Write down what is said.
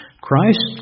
Christ